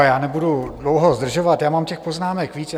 Já nebudu dlouho zdržovat, já mám těch poznámek víc.